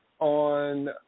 On